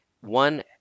one